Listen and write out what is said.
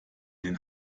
den